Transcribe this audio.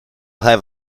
have